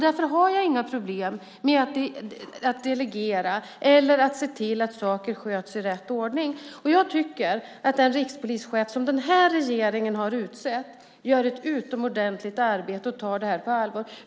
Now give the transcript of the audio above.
Därför har jag inga problem med att delegera eller att se till att saker sköts i rätt ordning. Jag tycker att den rikspolischef som regeringen har utsett gör ett utomordentligt arbete och tar det här på allvar.